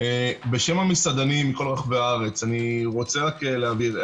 בשם המסעדנים מכל רחבי הארץ, אני רוצה רק להבין.